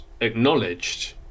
acknowledged